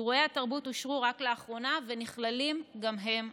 אירועי התרבות אושרו רק לאחרונה ונכללים גם הם בחוק.